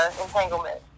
entanglement